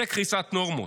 זה קריסת נורמות.